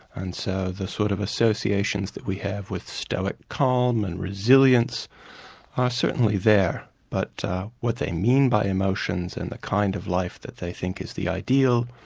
and so the sort of associations that we have with stoic calm and resilience are certainly there, but what they mean by emotions and the kind of life that they think is the ideal,